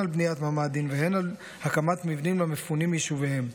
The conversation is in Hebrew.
על בניית ממ"דים והן על הקמת מבנים למפונים מיישוביהם.